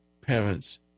parents